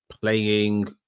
Playing